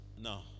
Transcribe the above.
No